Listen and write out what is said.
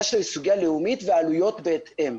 היא סוגיה לאומית והעלויות בהתאם.